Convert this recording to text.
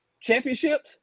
championships